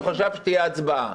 הוא חשב שתהיה הצבעה.